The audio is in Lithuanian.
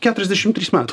keturiadešim trys metai